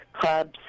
clubs